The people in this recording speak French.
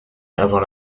avant